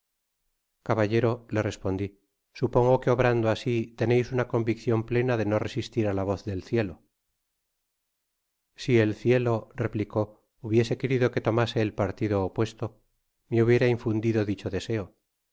caballero le respondi supongo que obrando asi teneis una conviccion plena de no resistir á la voz del cielo si el cielo replicó hubiese querido qua tomase el partido opuesto me hubiera iofundido dicho deseo